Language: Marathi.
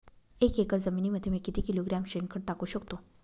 एक एकर जमिनीमध्ये मी किती किलोग्रॅम शेणखत टाकू शकतो?